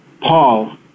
Paul